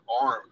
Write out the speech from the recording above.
arm